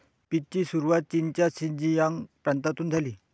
पीचची सुरुवात चीनच्या शिनजियांग प्रांतातून झाली